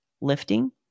lifting